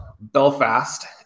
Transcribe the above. Belfast